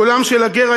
קולם של הגר,